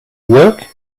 work